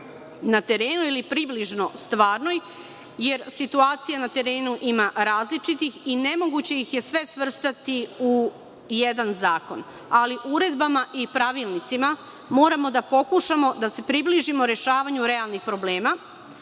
na terenu ili približno stvarnoj, jer situacija na terenu ima različitih i nemoguće ih je sve svrstati u jedan zakon, ali uredbama i pravilnicima moramo da pokušamo da se približimo rešavanju realnih problema,